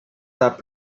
that